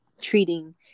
treating